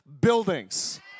Buildings